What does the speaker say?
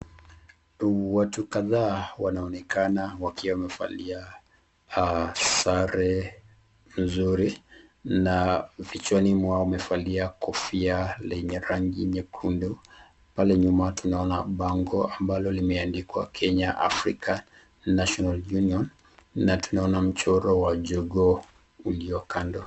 Watu kadhaa wanaoenekana wakiwa wamevalia sare nzuri na vichwani mwao wamevalia kofia lenye rangi nyekundu pale nyuma tunaona bango ambalo limeandikwa kenya african national union na tunaona mchoro wa jogoo uliokando.